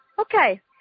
Okay